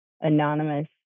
anonymous